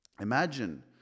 Imagine